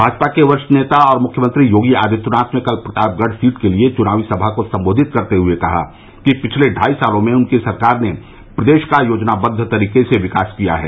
भाजपा के वरिष्ठ नेता और मुख्यमंत्री योगी आदित्यनाथ ने कल प्रतापगढ़ सीट के लिए चुनावी सभा को सम्बोधित करते हुए कहा कि पिछले ढ़ाई सालों में उनकी सरकार ने प्रदेश का योजनाबद्व तरीके से विकास किया है